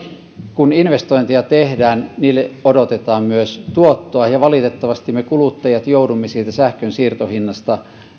kun investointeja tehdään niille odotetaan myös tuottoa ja valitettavasti me kuluttajat joudumme sähkön siirtohinnasta